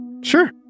Sure